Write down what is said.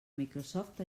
microsoft